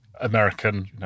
American